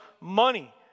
money